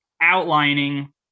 outlining